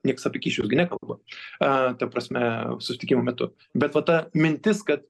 nieks apie kyšius gi nekalba ta prasme susitikimo metu bet va ta mintis kad